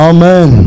Amen